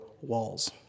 walls